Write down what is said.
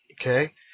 okay